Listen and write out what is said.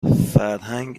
فرهنگ